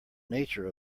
nature